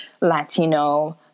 Latino